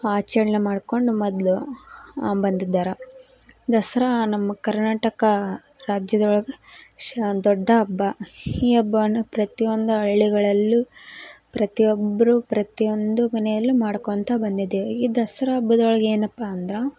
ಆಚರಣೆ ಮಾಡ್ಕೊಂಡು ಮೊದ್ಲು ಬಂದಿದ್ದಾರೆ ದಸರಾ ನಮ್ಮ ಕರ್ನಾಟಕ ರಾಜ್ಯದೊಳಗೆ ಶಾ ದೊಡ್ಡ ಹಬ್ಬ ಈ ಹಬ್ಬವನ್ನು ಪ್ರತಿಯೊಂದು ಹಳ್ಳಿಗಳಲ್ಲೂ ಪ್ರತಿಯೊಬ್ರೂ ಪ್ರತಿಯೊಂದು ಮನೆಯಲ್ಲೂ ಮಾಡ್ಕೊಳ್ತಾ ಬಂದಿದ್ದೇವೆ ಈ ದಸ್ರಾ ಹಬ್ಬದೊಳಗ್ ಏನಪ್ಪ ಅಂದ್ರೆ